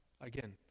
again